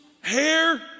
hair